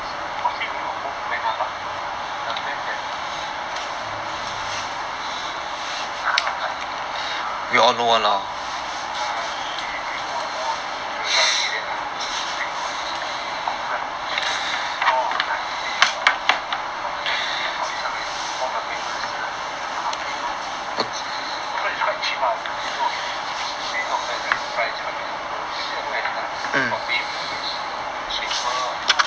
not say only home brand lah but the brand that we we we kind of like err take it err we earn more earn majority of the royalty that are so there are those very good branding is all like fate or on the magazine all this time he bought the famous celebrity news that kind of thing lah then also is quite cheap ah I haven't you know we'll get it is actually not bad the price quite reasonable you can take a look at it lah got things for babies got shaver this also have